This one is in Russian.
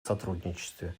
сотрудничестве